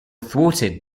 thwarted